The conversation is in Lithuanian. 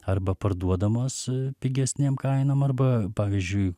arba parduodamas pigesnėm kainom arba pavyzdžiui